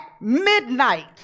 midnight